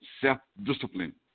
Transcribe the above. self-discipline